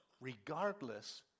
regardless